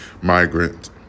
migrant